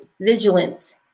vigilant